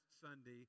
Sunday